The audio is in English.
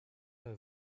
her